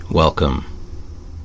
Welcome